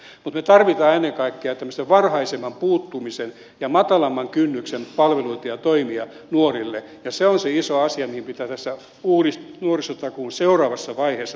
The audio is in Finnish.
mutta me tarvitsemme ennen kaikkea varhaisemman puuttumisen ja matalamman kynnyksen palveluita ja toimia nuorille ja se on se iso asia mihin pitää tässä nuorisotakuun seuraavassa vaiheessa tarttua